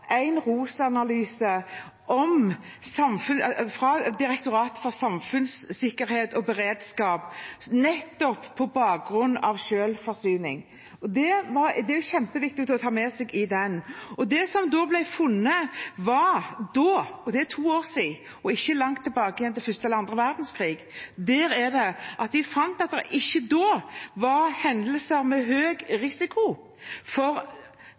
en ROS-analyse nettopp på bakgrunn av selvforsyning, som det er kjempeviktig å ta med seg. Det som ble funnet da – og det er to år siden og ikke langt tilbake til første eller andre verdenskrig – var at det ikke da var hendelser med høy risiko for